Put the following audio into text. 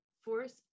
force